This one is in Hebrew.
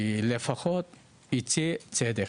לפחות ייצא צדק.